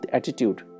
attitude